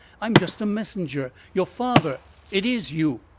i'm just a messenger. your father it is you!